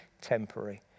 temporary